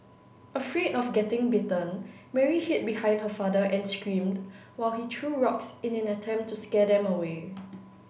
afraid of getting bitten Mary hid behind her father and screamed while he threw rocks in an attempt to scare them away